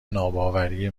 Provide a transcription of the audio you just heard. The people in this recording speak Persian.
ناباوری